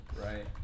right